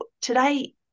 today